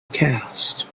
cast